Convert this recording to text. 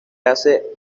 hace